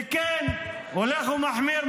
וכן, הולך ומחמיר.